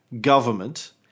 government